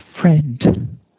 friend